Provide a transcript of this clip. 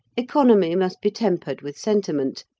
economy must be tempered with sentiment,